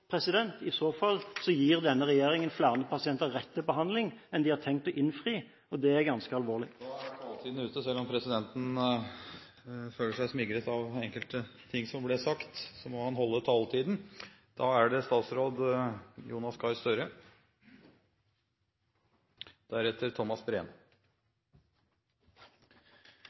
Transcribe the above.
I så fall gir denne regjeringen flere rett til behandling enn de har tenkt å innfri, og det er ganske alvorlig. Da er taletiden ute. Selv om presidenten føler seg smigret av enkelte ting som ble sagt, må han holde taletiden.